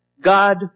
God